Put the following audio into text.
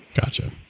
Gotcha